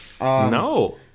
No